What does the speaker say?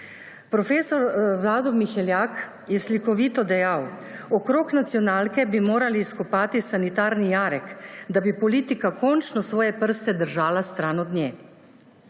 Profesor Vlado Miheljak je slikovito dejal, okrog nacionalke bi morali skopati sanitarni jarek, da bi politika končno svoje prste držala stran od nje.